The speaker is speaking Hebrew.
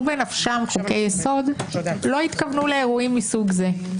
בנפשם חוקי היסוד התכוונו לאירועים מסוג זה.